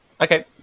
Okay